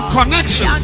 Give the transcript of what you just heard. Connection